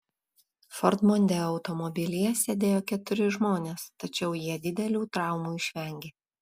ford mondeo automobilyje sėdėjo keturi žmonės tačiau jie didelių traumų išvengė